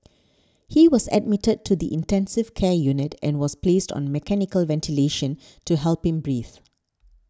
he was admitted to the intensive care unit and was placed on mechanical ventilation to help him breathe